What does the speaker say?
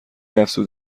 افزود